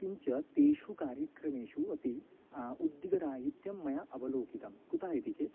किञ्च तेषु कार्यक्रमेषु अपि उद्योगराहित्यं मया अवलोकितं कुतः इति चेत्